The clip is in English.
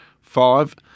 Five